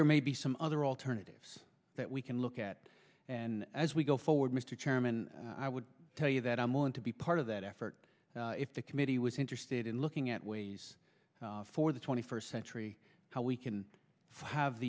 there may be some other alternatives that we can look at and as we go forward mr chairman i would tell you that i'm willing to be part of that effort if the committee was interested in looking at ways for the twenty first century how we can have